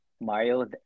Mario